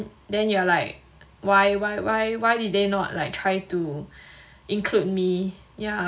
then you are like why why why why did they not like try to include me yeah